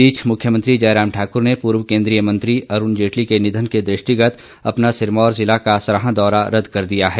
इस बीच मुख्यमंत्री जयराम ठाकुर ने पूर्व केंद्रीय मंत्री अरूण जेटली के निधन के दृष्टिगत अपना सिरमौर जिला का सराहा दौरा रदद कर दिया है